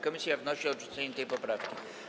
Komisja wnosi o odrzucenie tej poprawki.